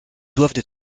doivent